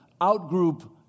out-group